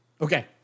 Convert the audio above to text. Okay